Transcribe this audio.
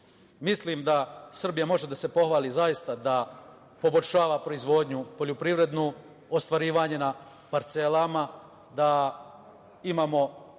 da Srbija može da se pohvali zaista da poboljšava proizvodnju poljoprivrednu, ostvarivanje na parcelama, da imamo